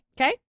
Okay